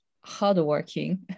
hardworking